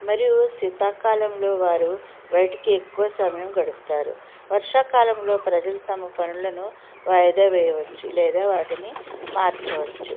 మరియు శీతాకాలంలో వారు బయటికీ ఎక్కువ సమయం గడుపుతారు వర్షాకాలంలో ప్రజలు తమ పనులను వాయిదా వేయ్యవచ్చు లేదా వాటిని మార్చవచ్చు